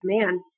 command